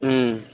ହୁଁ